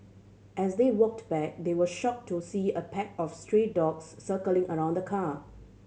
as they walked back they were shocked to see a pack of stray dogs circling around the car